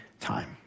time